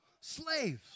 slaves